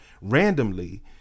randomly